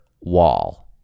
wall